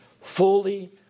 fully